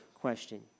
question